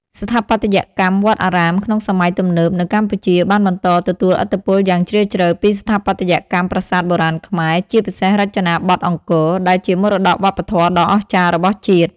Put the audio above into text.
ស្ថាបត្យកម្មវត្តអារាមក្នុងសម័យទំនើបនៅកម្ពុជាបានបន្តទទួលឥទ្ធិពលយ៉ាងជ្រាលជ្រៅពីស្ថាបត្យកម្មប្រាសាទបុរាណខ្មែរ ជាពិសេសរចនាបថអង្គរ ដែលជាមរតកវប្បធម៌ដ៏អស្ចារ្យរបស់ជាតិ។